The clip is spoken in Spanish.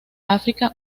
áfrica